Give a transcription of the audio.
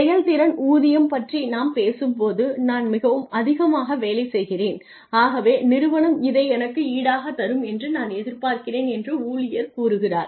செயல்திறன் ஊதியம் பற்றி நாம் பேசும்போது நான் மிகவும் அதிகமாக வேலை செய்கிறேன் ஆகவே நிறுவனம் இதை எனக்கு ஈடாக தரும் என்று நான் எதிர்பார்க்கிறேன் என்று ஊழியர் கூறுகிறார்